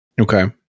Okay